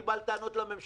אני בא בטענות אל הממשלה.